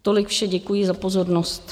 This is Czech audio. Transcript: Tolik vše, děkuji za pozornost.